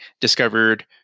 discovered